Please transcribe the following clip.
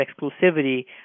exclusivity